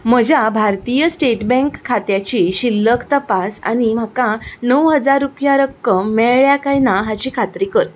म्हज्या भारतीय State Bank खात्याची शिल्लक तपास आनी म्हाका णव हजार रुपया रक्कम मेळ्ळ्या काय ना हाची खात्री कर